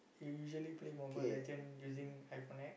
you usually play Mobile-Legend using iPhone X